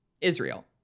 Israel